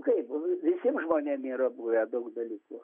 kaip visiem žmonėm yra buvę daug dalykų